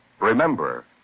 Remember